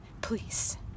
Please